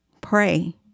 Pray